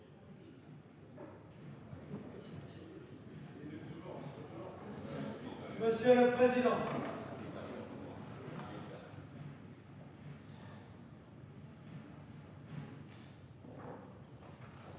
Monsieur le président,